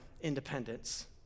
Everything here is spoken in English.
independence